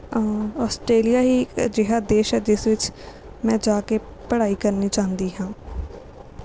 Australia ਹੀ ਇੱਕ ਅਜਿਹਾ ਦੇਸ਼ ਹੈ ਜਿਸ ਵਿੱਚ ਮੈਂ ਜਾ ਕੇ ਪੜ੍ਹਾਈ ਕਰਨੀ ਚਾਹੁੰਦੀ ਹਾਂ